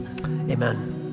amen